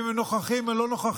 ואם הם נוכחים או לא נוכחים,